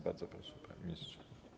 Bardzo proszę, panie ministrze.